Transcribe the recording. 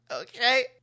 Okay